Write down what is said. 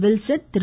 Wilson Thiru